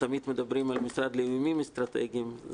תמיד מדברים על המשרד לאיומים אסטרטגיים,